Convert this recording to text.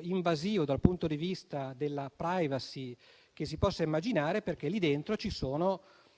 invasivo, dal punto di vista della *privacy*, che si possa immaginare, perché al suo interno ci sono